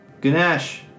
Ganesh